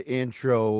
intro